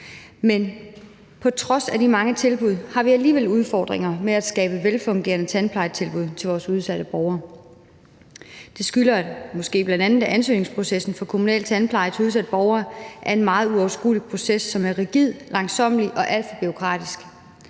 men på trods af de mange tilbud har vi alligevel udfordringer med at skabe velfungerende tandplejetilbud til vores udsatte borgere. Det skyldes måske, at bl.a. ansøgningsprocessen for kommunal tandpleje til udsatte borgere er en meget uoverskuelig proces, som er rigid, langsommelig og alt for bureaukratisk.